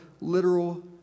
literal